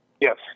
Yes